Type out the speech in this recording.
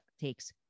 takes